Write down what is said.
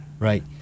Right